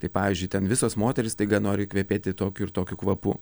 tai pavyzdžiui ten visos moterys staiga nori kvepėti tokiu ir tokiu kvapu